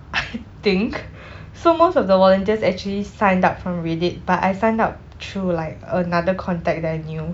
I think so most of the volunteers actually signed up from reddit but I signed up through like another contact venue